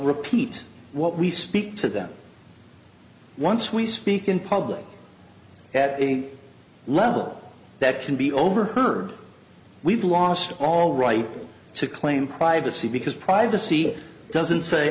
repeat what we speak to them once we speak in public at a level that can be overheard we've lost all right to claim privacy because privacy doesn't say